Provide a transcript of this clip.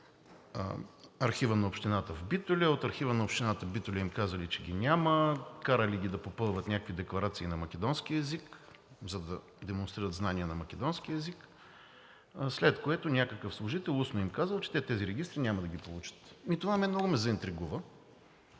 архива на Общината в Битоля, а от архива на Общината в Битоля им казали, че ги няма. Карали ги да попълват някакви декларации на македонски език, за да демонстрират знания на македонски език, след което някакъв служител устно им казал, че тези регистри няма да ги получат. Това много ме заинтригува